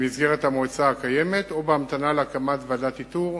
במסגרת המועצה הקיימת, או בהמתנה להקמת ועדת איתור